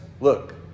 look